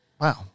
Wow